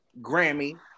Grammy